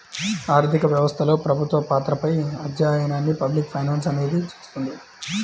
ఆర్థిక వ్యవస్థలో ప్రభుత్వ పాత్రపై అధ్యయనాన్ని పబ్లిక్ ఫైనాన్స్ అనేది చూస్తుంది